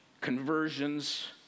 conversions